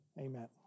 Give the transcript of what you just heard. amen